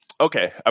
Okay